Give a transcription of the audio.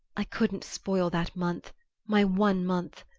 i couldn't spoil that month my one month.